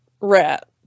rat